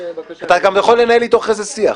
אתה גם יכול לנהל איתו אחרי זה שיח.